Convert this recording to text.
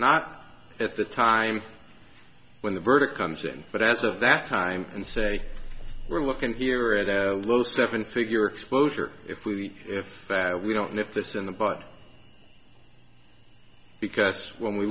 not at the time when the verdict comes in but as of that time and say we're looking here at a low seven figure closure if we if we don't nip this in the bud because when we